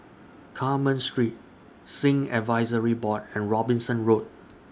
Carmen Street Sikh Advisory Board and Robinson Road